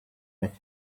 met